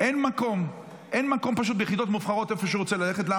אין פשוט מקום ביחידות מובחרות לאיפה שהוא רוצה ללכת.